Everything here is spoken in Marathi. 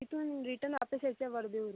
तिथून रिटन वापस यायचं आहे वर्धेहून